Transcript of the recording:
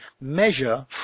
measure